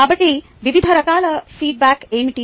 కాబట్టి వివిధ రకాల ఫీడ్బ్యాక్ ఏమిటి